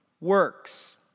Works